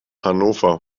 hannover